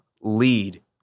lead